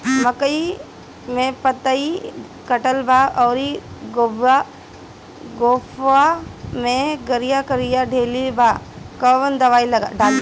मकई में पतयी कटल बा अउरी गोफवा मैं करिया करिया लेढ़ी बा कवन दवाई डाली?